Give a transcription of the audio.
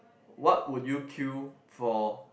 what would you queue for